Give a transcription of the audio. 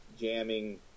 jamming